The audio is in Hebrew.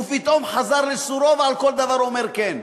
ופתאום הוא חזר לסורו ועל כל דבר אומר כן.